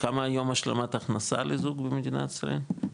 כמה היום השלמת הכנסה לזוג במדינת ישראל?